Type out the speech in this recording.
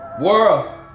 World